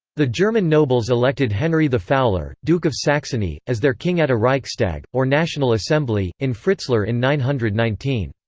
the german nobles elected henry the fowler, duke of saxony, as their king at a reichstag, or national assembly, in fritzlar in nine hundred and nineteen.